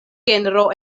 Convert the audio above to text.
genro